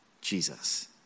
Jesus